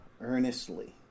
earnestly